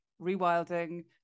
rewilding